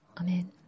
Amen